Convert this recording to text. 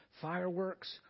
fireworks